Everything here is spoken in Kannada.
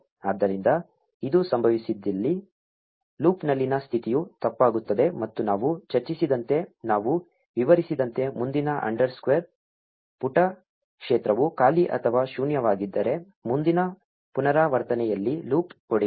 ಆದ್ದರಿಂದ ಇದು ಸಂಭವಿಸಿದಲ್ಲಿ ಲೂಪ್ನಲ್ಲಿನ ಸ್ಥಿತಿಯು ತಪ್ಪಾಗುತ್ತದೆ ಮತ್ತು ನಾವು ಚರ್ಚಿಸಿದಂತೆ ನಾವು ವಿವರಿಸಿದಂತೆ ಮುಂದಿನ ಅಂಡರ್ಸ್ಕೋರ್ ಪುಟ ಕ್ಷೇತ್ರವು ಖಾಲಿ ಅಥವಾ ಶೂನ್ಯವಾಗಿದ್ದರೆ ಮುಂದಿನ ಪುನರಾವರ್ತನೆಯಲ್ಲಿ ಲೂಪ್ ಒಡೆಯುತ್ತದೆ